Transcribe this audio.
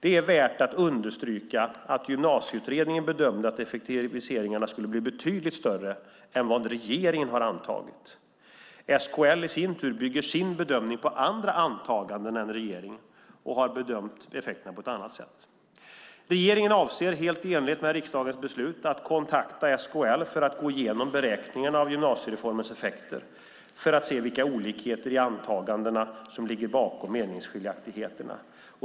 Det är värt att understryka att Gymnasieutredningen bedömde att effektiviseringarna skulle bli betydligt större än vad regeringen antagit. SKL bygger i sin tur sin bedömning på andra antaganden än regeringen och har bedömt effekterna på ett annat sätt. Regeringen avser, helt i enlighet med riksdagens beslut, att kontakta SKL för att gå igenom beräkningarna av gymnasiereformens effekter för att se vilka olikheter i antagandena som ligger bakom meningsskiljaktigheterna.